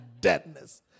Deadness